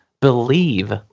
believe